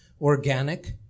organic